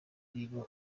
arimo